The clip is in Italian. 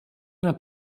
una